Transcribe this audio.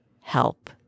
help